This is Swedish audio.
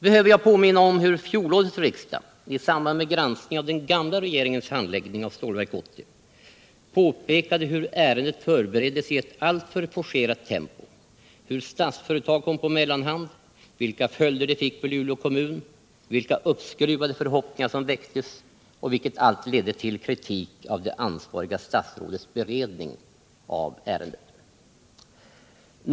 Behöver jag påminna om hur fjolårets riksdag i samband med granskningen av den gamla regeringens handläggning av Stålverk 80 påpekade hur ärendet förbereddes i ett alltför forcerat tempo, hur Statsföretag kom på mellanhand, vilka följder det fick för Luleå kommun och vilka uppskruvade förhoppningar som väcktes — vilket allt ledde till kritik av det ansvariga statsrådets beredning av ärendet?